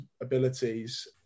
abilities